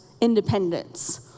independence